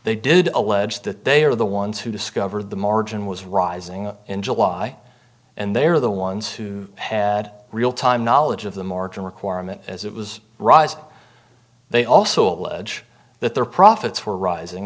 they did allege that they are the ones who discovered the margin was rising in july and they're the ones who had real time knowledge of the margin requirement as it was rise they also allege that their profits were rising